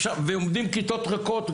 ועומדים כיתות ריקות.